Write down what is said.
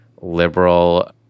liberal